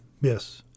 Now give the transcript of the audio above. Yes